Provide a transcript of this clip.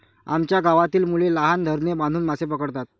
आमच्या गावातील मुले लहान धरणे बांधून मासे पकडतात